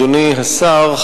אדוני השר,